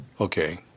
Okay